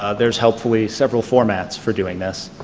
ah there's hopefully several formats for doing this.